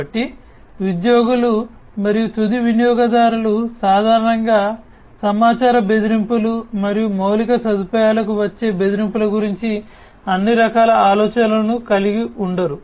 కాబట్టి ఉద్యోగులు మరియు తుది వినియోగదారులు సాధారణంగా సమాచార బెదిరింపులు మరియు మౌలిక సదుపాయాలకు వచ్చే బెదిరింపుల గురించి అన్ని రకాల ఆలోచనలను కలిగి ఉండరు